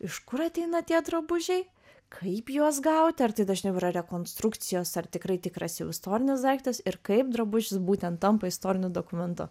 iš kur ateina tie drabužiai kaip juos gauti ar tai dažniau yra rekonstrukcijos ar tikrai tikras jau istorinis daiktas ir kaip drabužis būtent tampa istoriniu dokumentu